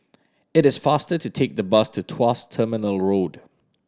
it is faster to take the bus to Tuas Terminal Road